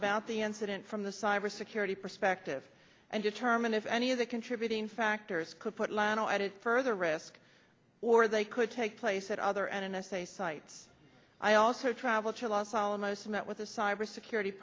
about the incident from the cyber security perspective and determine if any of the contributing factors could put leno at a further risk or they could take place at other n s a sites i also travel to los alamos met with a cyber security